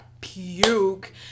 puke